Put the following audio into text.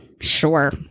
Sure